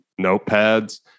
notepads